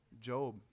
Job